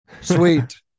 Sweet